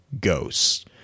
ghosts